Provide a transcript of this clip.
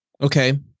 okay